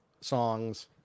songs